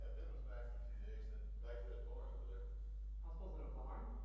and ben was back for two days then back to that board over there hospital's in a barn?